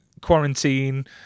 quarantine